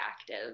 active